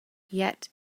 yet